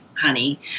honey